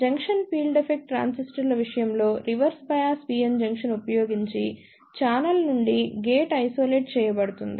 junction field effect ట్రాన్సిస్టర్ల విషయంలో reverse bias PN junction ఉపయోగించి ఛానెల్ నుండి గేట్ ఐసోలేట్ చేయబడుతుంది